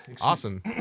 Awesome